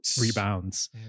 rebounds